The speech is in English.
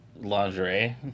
lingerie